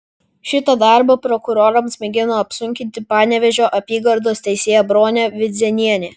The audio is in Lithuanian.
šitą darbą prokurorams mėgino apsunkinti panevėžio apygardos teisėja bronė vidzėnienė